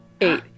Eight